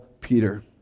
Peter